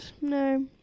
No